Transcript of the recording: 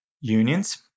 unions